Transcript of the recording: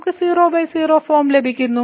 നമുക്ക് 00 ഫോം ലഭിക്കുന്നു